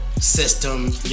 system